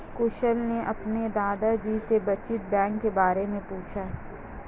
कुशल ने अपने दादा जी से बचत बैंक के बारे में पूछा